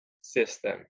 system